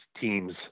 teams